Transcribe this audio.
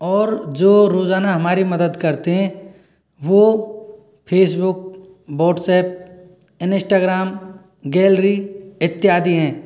और जो रोज़ाना हमारी मदद करते हैं वो फेसबुक बॉट्सएप इनिष्टाग्राम गैलरी इत्यादि हैं